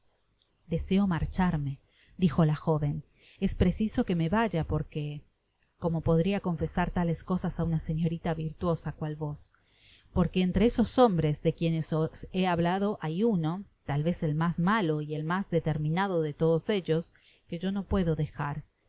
ideseo marcharme dijo la joven es preciso que me vaya porque como podria confesar tales cosas á una señorita virtuosa cual vos porque entre esos hombres de quienes os he hablado hay uno tal vez el mas malo y el mas determinado de todos ellos que yo no puedo dejar